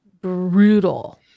brutal